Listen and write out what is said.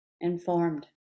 Informed